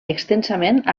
extensament